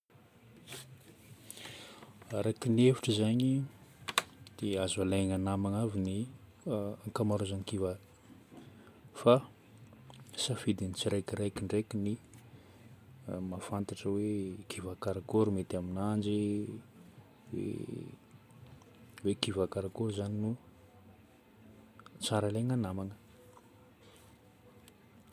Araka ny hevitro zagny, dia azo alaigna namagna avy ny ankamarozan'ny kiva. Fa safidin'ny tsiraikiraiky ndraiky ny mahafantatra hoe kiva karakory mety aminanjy, hoe kiva karakory zagny no tsara alaigna namagna.